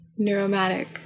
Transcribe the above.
neuromatic